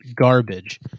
garbage